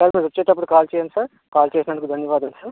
sir మీరు వచ్చేటప్పుడు call చేయండి సార్ కాల్ చేసినందుకు ధన్యవాదాలు సార్